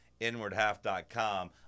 Inwardhalf.com